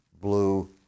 blue